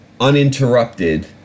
uninterrupted